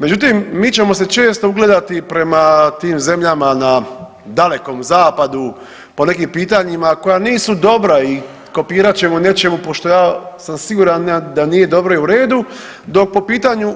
Međutim, mi ćemo se često ugledati prema tim zemljama na dalekom zapadu po nekim pitanjima koja nisu dobra i kopirat ćemo nečemu pošto ja sam siguran da nije dobro i u redu dok po pitanju